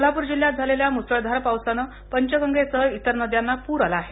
कोल्हापूर जिल्ह्यात झालेल्या मुसळधार पावसानं पंचगंगेसह इतर नद्यांना पूर आला आहे